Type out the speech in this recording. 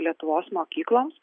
lietuvos mokykloms